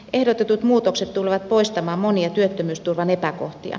ehdotetut muutokset tulevat poistamaan monia työttömyysturvan epäkohtia